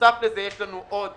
בנוסף לכך יש עוד